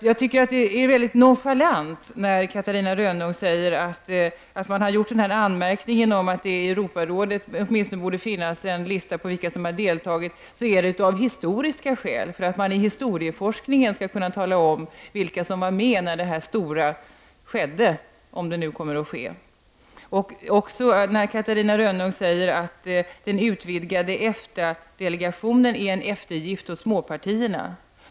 Jag tycker att det är mycket nonchalant när Catarina Rönnung säger att när man har gjort den här anmärkningen, att det i Europarådet åtminstone borde finnas en lista på vilka som har deltagit, så är det av historiska skäl, för att man i historieforskningen skall kunna tala om vilka som var med när det här stora skedde — om det nu kommer att ske. Catarina Rönnung säger också att den utvidgade EFTA-delegationen är en eftergift åt småpartierna.